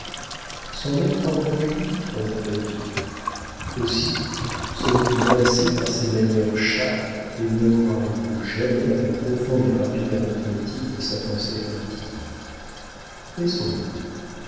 son air convaincu tromperait dieu aussi serez-vous enlacé par ses manières chattes et ne croirez-vous jamais à la profonde et rapide arithmétique de sa pensée intime laissons-le